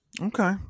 Okay